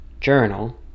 journal